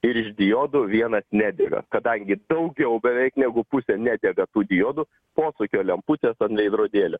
ir iš diodų vienas nedega kadangi daugiau beveik negu pusė nedega tų diodų posūkio lemputės ant veidrodėlio